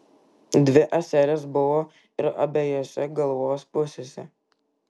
dvi ąselės buvo ir abiejose galvos pusėse